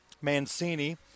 Mancini